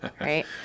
Right